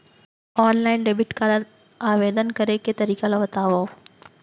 Online debit card आवेदन करे के तरीका ल बतावव?